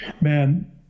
man